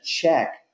check